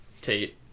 Tate